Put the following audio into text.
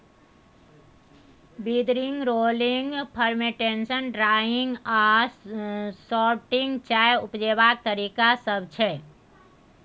withering, rolling, fermentation, drying आ sorting चाय उपजेबाक तरीका सब छै